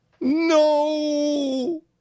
No